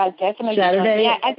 Saturday